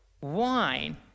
wine